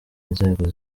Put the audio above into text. inzego